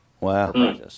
Wow